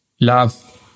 love